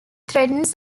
threatens